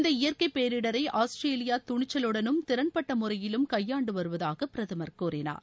இந்த இயற்கை பேரிடரை ஆஸ்திரேலியா துணிச்சலுடனும் திறன்பட்ட முறையிலும் கையாண்டு வருவதாக பிரதமர் கூறினார்